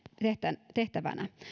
tehtävänä tehtävänä